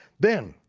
then,